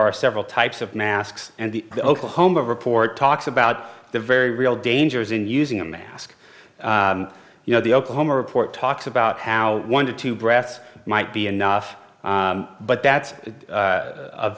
are several types of masks and the oklahoma report talks about the very real dangers in using a mask you know the oklahoma report talks about how one to two breaths might be enough but that's